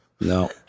No